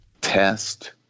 Test